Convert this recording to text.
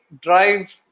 drive